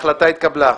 ההחלטה התקבלה.